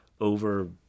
over